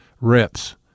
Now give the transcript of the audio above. reps